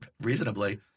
reasonably